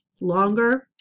longer